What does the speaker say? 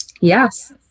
Yes